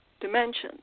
dimensions